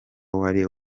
wari